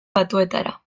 batuetara